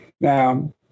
Now